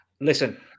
Listen